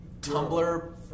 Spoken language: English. Tumblr